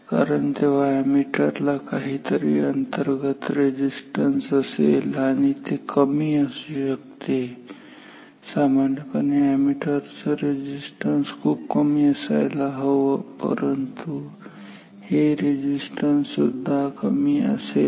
कारण तेव्हा या अॅमीटर ला काहीतरी अंतर्गत रेझिस्टन्स असेल आणि ते कमी असू शकते कारण सामान्यपणे अॅमीटर चं रेझिस्टन्स खूप कमी असायला हवे परंतु हे रेझिस्टन्स सुद्धा कमी असेल